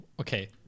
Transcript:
Okay